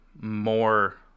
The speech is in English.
more